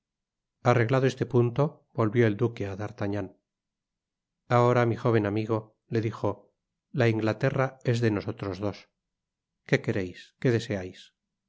arreglado este punto volvió el duque á d'artagnan ahora mi jóven amigo le dijo la inglaterra es de nosotros dos qué quereis qué deseais